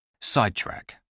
Sidetrack